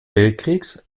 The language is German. weltkriegs